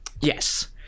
Yes